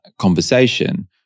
conversation